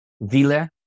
Vila